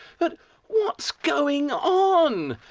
but what's going on?